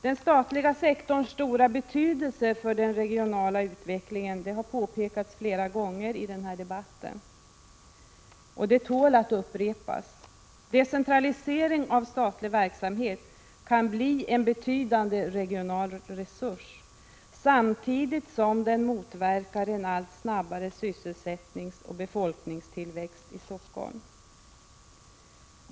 Den statliga sektorns stora betydelse för den regionala utvecklingen har påpekats flera gånger i den här debatten. Och det tål att upprepas. Decentralisering av statlig verksamhet kan bli en betydande regional resurs, samtidigt som den motverkar en allt snabbare sysselsättningsoch befolkningstillväxt i Stockholm.